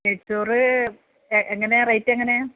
നെയ്ച്ചോറ് എങ്ങനെയാ റേറ്റങ്ങനെയാണ്